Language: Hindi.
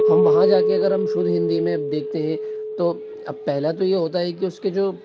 हम वहाँ जाके अगर हम शुद्ध हिंदी में देखते हैं तो पहला तो यह होता है के उसके जो